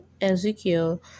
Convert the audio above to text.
ezekiel